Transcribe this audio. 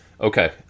Okay